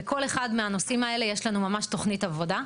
בכל אחד מהנושאים האלה יש לנו ממש תוכנית עבודה.